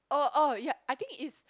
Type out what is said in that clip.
oh oh ya I think is